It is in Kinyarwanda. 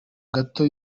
gato